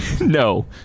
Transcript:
No